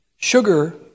sugar